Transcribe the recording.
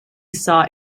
saw